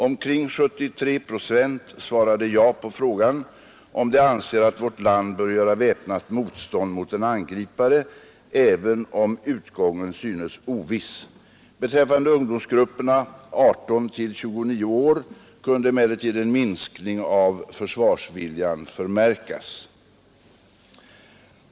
Omkring 75 procent svarade ja på frågan om de anser att vårt land bör göra väpnat motstånd mot en angripare även om utgången synes oviss. Beträffande ungdomsgrupperna 18—29 år kunde emellertid en minskning av försvarsviljan förmärkas.